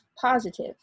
positive